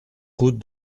route